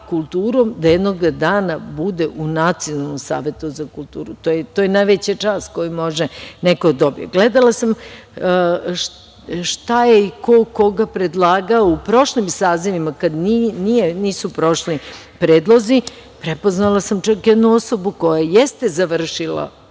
da jednoga dana bude u Nacionalnom savetu za kulturu. To je najveća čast koju može neko da dobije. Gledala sam šta je i ko je koga predlagao u prošlim sazivima, kada nisu prošli predlozi. Prepoznala sam čak jednu osobu koja jeste završila